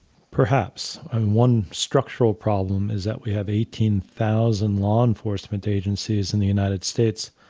perhaps, and one structural problem is that we have eighteen thousand law enforcement agencies in the united states,